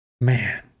man